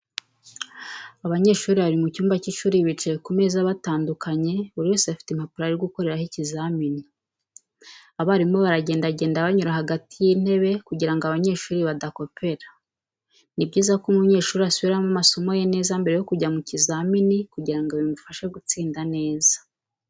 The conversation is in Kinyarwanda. Abanyeshuri bari mu cyumba cy'ishuri bicaye ku meza batandukanye buri wese afite impapuro ari gukoreraho ikizamini abarimu baragendagenda banyura hagati y'itebe kugira ngo abanyeshuri badakopera. Ni byiza ko umunyeshuri asubiramo amasomo ye neza mbere yo kujya mu kizamini kugira ngo bimufashe gutsinda neza.